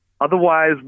otherwise